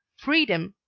freedom,